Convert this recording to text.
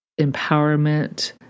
empowerment